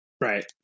Right